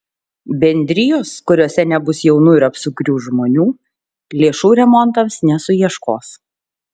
bendrijos kuriose nebus jaunų ir apsukrių žmonių lėšų remontams nesuieškos